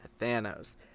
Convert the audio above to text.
Thanos